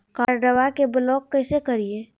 कार्डबा के ब्लॉक कैसे करिए?